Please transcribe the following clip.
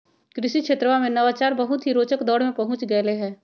कृषि क्षेत्रवा में नवाचार बहुत ही रोचक दौर में पहुंच गैले है